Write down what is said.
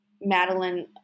Madeline